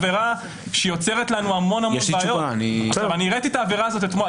אני הראיתי את העבירה הזאת אתמול.